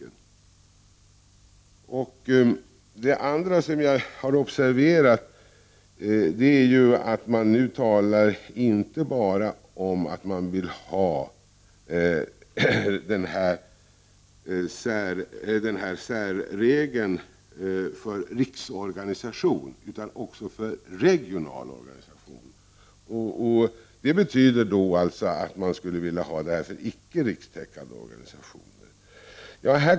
En annan sak som jag har observerat är att man nu talar om inte bara att man vill ha den här särregeln för riksorganisationer utan också för regionala organisationer. Det betyder alltså att denna regel även skulle gälla icke rikstäckande organisationer.